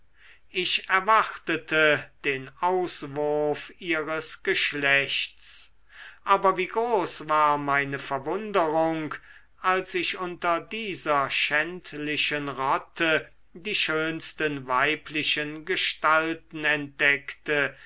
ich erwartete den auswurf ihres geschlechts aber wie groß war meine verwunderung als ich unter dieser schändlichen rotte die schönsten weiblichen gestalten entdeckte